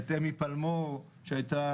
את אמי פלמור שהיא הייתה